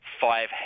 five